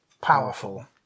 Powerful